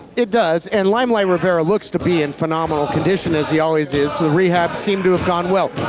it does, and limelight rivera looks to be in phenomenal condition, as he always is. rehab seems to have gone well,